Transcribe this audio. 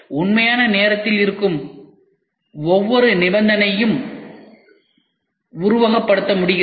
உண்மையான நேரத்தில் இருக்கும் ஒவ்வொரு நிபந்தனையையும் உருவகப்படுத்த முடிகிறது